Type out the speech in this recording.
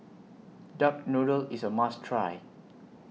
Duck Noodle IS A must Try